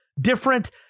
different